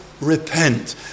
repent